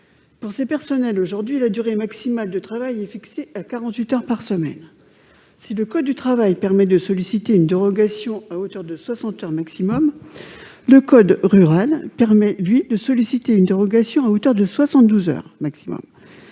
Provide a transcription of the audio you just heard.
Pour ces personnels, aujourd'hui, la durée maximale de travail est fixée à 48 heures par semaine. Si le code du travail permet de solliciter une dérogation à hauteur de 60 heures maximum, le code rural autorise, quant à lui, à demander une dérogation jusqu'à 72 heures.